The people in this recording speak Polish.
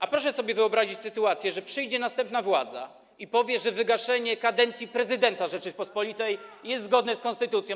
A proszę sobie wyobrazić sytuację, że przyjdzie następna władza i powie, że wygaszenie kadencji prezydenta Rzeczypospolitej jest zgodne z konstytucją.